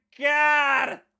God